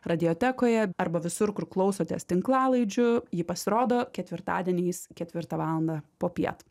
radiotekoje arba visur kur klausotės tinklalaidžių ji pasirodo ketvirtadieniais ketvirtą valandą popiet